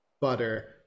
butter